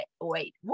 wait